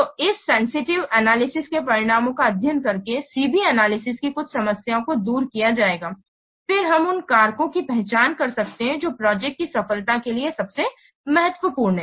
तो इस sensitive analysis के परिणामों का अध्ययन करके C B एनालिसिस की कुछ समस्याओं को दूर किया जाएगा फिर हम उन कारकों की पहचान कर सकते हैं जो प्रोजेक्ट की सफलता के लिए सबसे महत्वपूर्ण हैं